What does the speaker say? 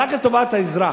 רק לטובת האזרח.